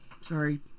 sorry